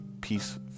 peace